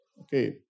Okay